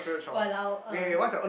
!walao! uh